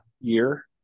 year